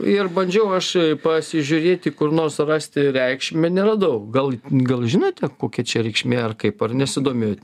ir bandžiau aš pasižiūrėti kur nors surasti reikšmę neradau gal gal žinote kokia čia reikšmė ar kaip ar nesidomėjot